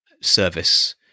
service